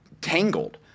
tangled